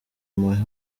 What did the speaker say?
imuhe